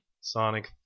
Sonic